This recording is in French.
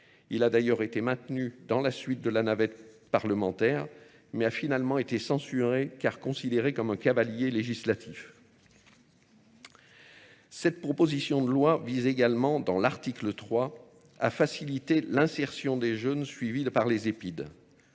Il a d'ailleurs été maintenu dans la suite de la navette parlementaire, mais a finalement été censuré, car considéré comme un cavalier législatif. Cette proposition de loi vise également dans l'article 3 à faciliter l'insertion des jeunes suivis par les épides.